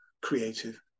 creative